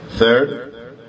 Third